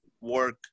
work